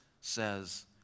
says